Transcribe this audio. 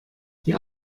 die